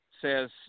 Says